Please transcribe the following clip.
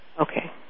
Okay